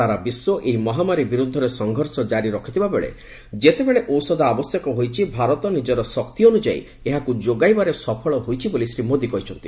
ସାରା ବିଶ୍ୱ ଏହି ମହାମାରୀ ବିରୃଦ୍ଧରେ ସଂଘର୍ଷ କାରି ରଖିଥିବା ବେଳେ ଯେତେବେଳେ ଔଷଧ ଆବଶ୍ୟକ ହୋଇଛି ଭାରତ ନିଜର ଶକ୍ତି ଅନ୍ତ୍ଯାୟୀ ଏହାକୁ ଯୋଗାଇବାରେ ସଫଳ ହୋଇଛି ବୋଲି ଶ୍ରୀ ମୋଦୀ କହିଚ୍ଛନ୍ତି